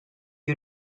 you